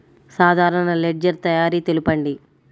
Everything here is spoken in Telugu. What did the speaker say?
సాధారణ లెడ్జెర్ తయారి తెలుపండి?